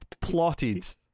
plotted